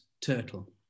turtle